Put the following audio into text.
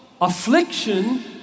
affliction